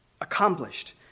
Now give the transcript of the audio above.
accomplished